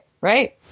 right